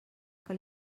que